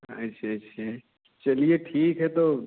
अच्छा अच्छा चलिए ठीक है तो